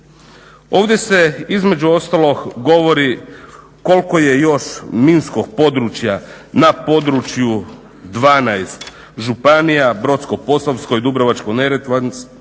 Ovdje se između ostalog govori koliko je još minskog područja na području 12 županija Brodsko-posavskoj, Dubrovačko-neretvanskoj,